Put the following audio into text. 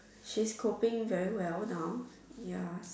she's coping very well now ya